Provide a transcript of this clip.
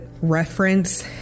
reference